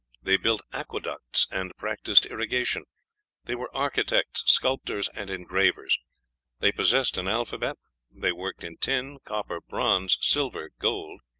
they built aqueducts and practised irrigation they were architects, sculptors, and engravers they possessed an alphabet they worked in tin, copper, bronze, silver, gold,